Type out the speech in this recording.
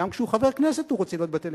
גם כשהוא חבר כנסת הוא רוצה להיות בטלוויזיה,